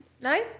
No